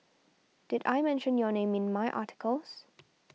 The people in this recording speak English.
did I mention your name in my articles